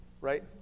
right